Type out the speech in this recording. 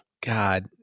God